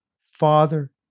father